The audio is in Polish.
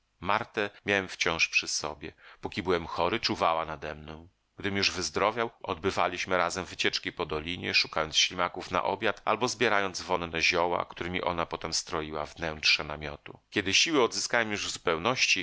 martę miałem wciąż przy sobie póki byłem chory czuwała nademną gdym już wyzdrowiał odbywaliśmy razem wycieczki po dolinie szukając ślimaków na obiad albo zbierając wonne zioła którymi ona potem stroiła wnętrze namiotu kiedy siły odzyskałem już w zupełności